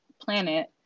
planet